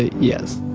yes.